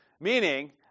meaning